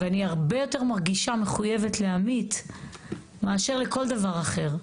ואני הרבה יותר מרגישה מחויבת לעמית מאשר לכל דבר אחר.